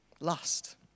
lust